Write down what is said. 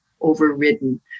overridden